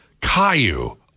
Caillou